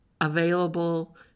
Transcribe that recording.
available